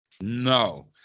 No